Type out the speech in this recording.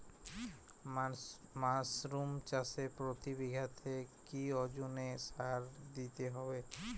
Mushroom চাষে প্রতি বিঘাতে কি ওজনে সার দিতে হবে?